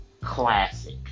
classic